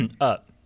up